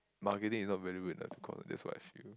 marketing is not very good in the course that's what I feel